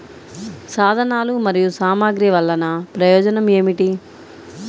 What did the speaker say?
సాధనాలు మరియు సామగ్రి వల్లన ప్రయోజనం ఏమిటీ?